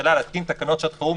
לממשלה להתקין תקנות שעת חירום,